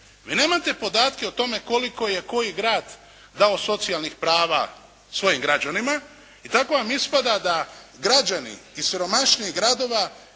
vi nemate podatke o tome koliko je koji grad dao socijalnih prava svojim građanima. I tako vam ispada da građani iz siromašnijih gradova